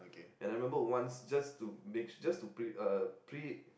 and I remember once just to make sure just to pre~ uh pre~